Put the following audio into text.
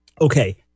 okay